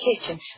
kitchen